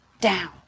down